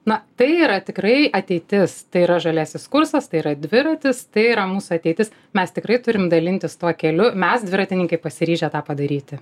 na tai yra tikrai ateitis tai yra žaliasis kursas tai yra dviratis tai yra mūsų ateitis mes tikrai turim dalintis tuo keliu mes dviratininkai pasiryžę tą padaryti